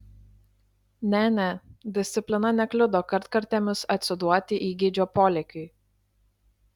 ne ne disciplina nekliudo kartkartėmis atsiduoti įgeidžio polėkiui